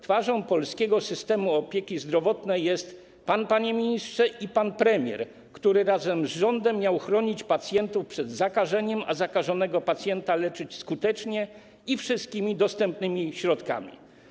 Twarzą polskiego systemu opieki zdrowotnej jest pan, panie ministrze, i pan premier, który razem z rządem miał chronić pacjentów przed zakażeniem, a zakażonego pacjenta miał leczyć skutecznie i wszystkimi dostępnymi środkami.